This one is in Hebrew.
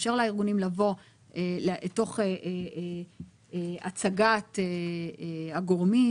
לאפשר לארגונים לבוא תוך הצגת הגורמים